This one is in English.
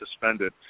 suspended